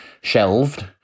shelved